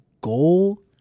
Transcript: goal